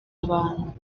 abantu